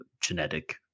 genetic